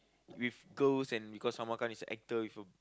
with girls and because Salman-Khan is a actor with a